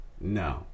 No